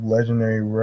Legendary